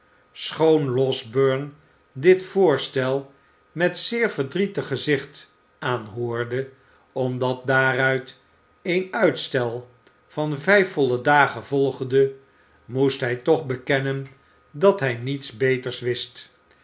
schoon losberne dit voorstel met een zeer verdrietig gezicht aanhoorde omdat daaruit een uitstel van vijf volle dagen volgde moest hij toch bekennen dat hij niets beters wist